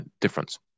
difference